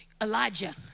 Elijah